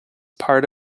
part